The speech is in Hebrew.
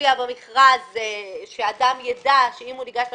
מופיע במכרז שאדם ידע שאם הוא ניגש למכרז,